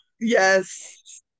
Yes